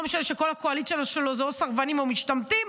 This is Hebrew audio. לא משנה שכל הקואליציה שלו זה או סרבנים או משתמטים,